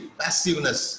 passiveness